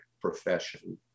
profession